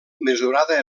mesurada